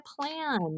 plan